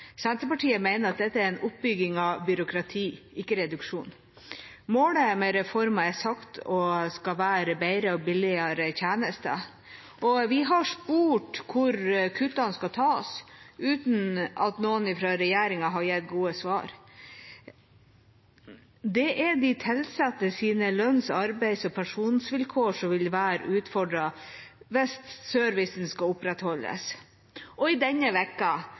Senterpartiet mener at dette er en oppbygging av byråkrati – ikke reduksjon. Målet med reformen er sagt å skulle være bedre og billigere tjenester, og vi har spurt hvor kuttene skal tas, uten at noen fra regjeringa har gitt gode svar. Det er de tilsattes lønns-, arbeids- og pensjonsvilkår som vil være utfordret hvis servicen skal opprettholdes. I denne